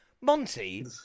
Monty